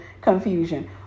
confusion